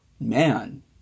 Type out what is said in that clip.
man